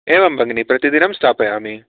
एवं भगिनी प्रतिदिनं स्थापयामि